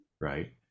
right